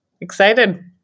Excited